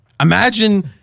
Imagine